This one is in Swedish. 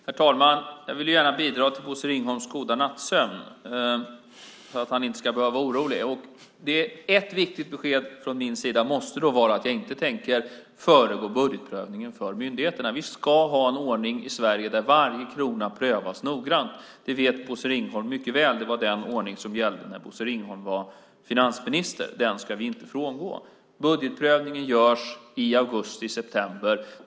Herr talman! Jag vill gärna bidra till Bosse Ringholms goda nattsömn, han ska inte behöva vara orolig. Ett viktigt besked från min sida måste vara att jag inte tänker föregripa budgetprövningen för myndigheterna. Vi ska ha en ordning i Sverige där varje krona prövas noggrant. Det vet Bosse Ringholm mycket väl. Det var den ordning som gällde när Bosse Ringholm var finansminister. Den ska vi inte frångå. Budgetprövningen görs i augusti september.